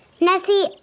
Nessie